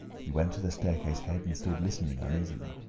he went to the staircase head and stood listening uneasily.